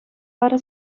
вара